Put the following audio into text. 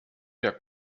der